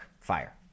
fire